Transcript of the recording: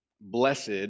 blessed